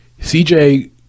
CJ